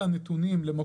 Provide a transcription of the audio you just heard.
ההצעה שלך?